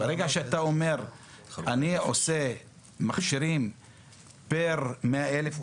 ברגע שאתה אומר שאתה עושה מכשירים פר 100 אלף,